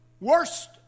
Worst